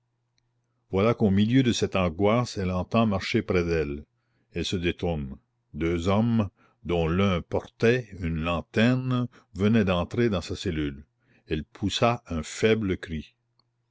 voilà qu'au milieu de cette angoisse elle entend marcher près d'elle elle se détourne deux hommes dont l'un portait une lanterne venaient d'entrer dans sa cellule elle poussa un faible cri